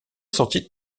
sortie